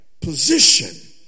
position